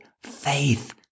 faith